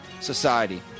society